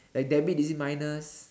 like debit is it minus